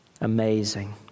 Amazing